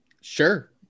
Sure